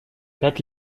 пять